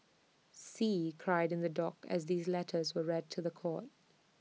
see cried in the dock as these letters were read to The Court